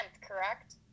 correct